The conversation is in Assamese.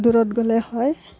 দূৰত গ'লে হয়